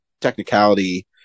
technicality